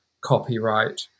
copyright